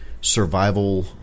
survival –